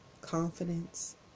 confidence